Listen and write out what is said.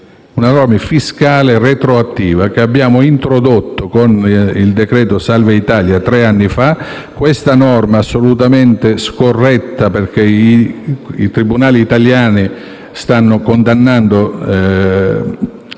una norma fiscale retroattiva che abbiamo introdotto con il decreto salva Italia tre anni fa: una norma assolutamente scorretta, per la quale i tribunali italiani ci stanno condannando,